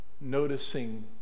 noticing